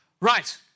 Right